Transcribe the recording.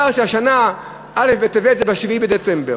אמרת שהשנה א' בטבת זה 7 בדצמבר.